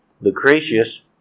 Lucretius